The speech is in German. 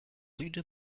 rüde